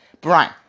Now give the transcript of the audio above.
Brian